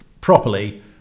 properly